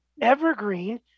evergreen